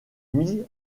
mis